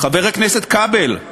חבר הכנסת כבל,